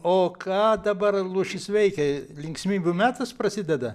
o ką dabar lūšys veikia linksmybių metas prasideda